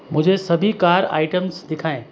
मुझे सभी car items दिखाएँ